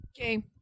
okay